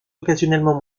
occasionnellement